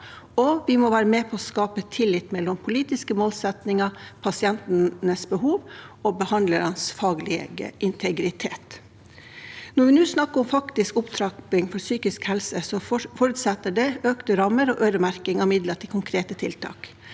og vi må være med på å skape tillit mellom politiske målsettinger, pasientenes behov og behandlernes faglige integritet. Når vi nå snakker om faktisk opptrapping for psykisk helse, forutsetter det økte rammer og øremerking av midler til konkrete tiltak.